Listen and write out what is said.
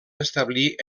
establir